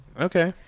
Okay